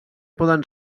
poden